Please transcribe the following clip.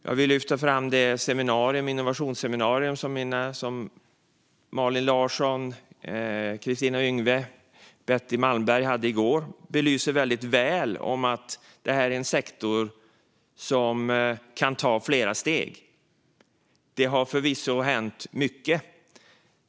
Jag vill lyfta fram det innovationsseminarium som Malin Larsson, Kristina Yngwe och Betty Malmberg höll i i går. Det belyser väldigt väl att det här är en sektor som kan ta flera steg. Det har förvisso hänt mycket.